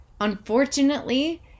unfortunately